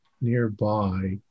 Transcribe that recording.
nearby